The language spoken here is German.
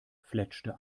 fletschte